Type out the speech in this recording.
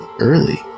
early